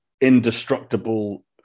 indestructible